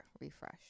Refresh